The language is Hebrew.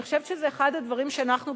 אני חושבת שזה אחד הדברים שאנחנו,